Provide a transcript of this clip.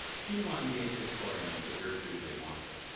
q one gave victorians the gertrude they wanted.